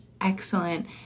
Excellent